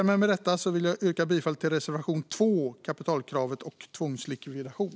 Med detta vill jag yrka bifall till reservation 2 om kapitalkravet och tvångslikvidation.